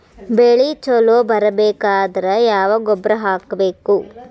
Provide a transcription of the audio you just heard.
ಬೆಳಿ ಛಲೋ ಬರಬೇಕಾದರ ಯಾವ ಗೊಬ್ಬರ ಹಾಕಬೇಕು?